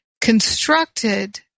constructed